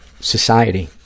society